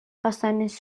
façanes